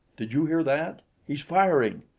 did you hear that? he's firing!